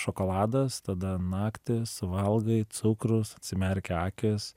šokoladas tada naktį suvalgai cukrus atsimerkia akys